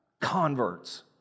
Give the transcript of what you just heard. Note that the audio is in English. Converts